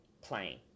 plane